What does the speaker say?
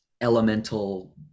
elemental